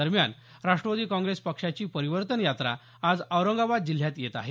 दरम्यान राष्ट्रवादी काँग्रेस पक्षाची परिवर्तन यात्रा आज औरंगाबाद जिल्ह्यात येत आहे